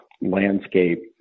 landscape